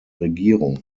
regierung